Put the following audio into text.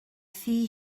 thŷ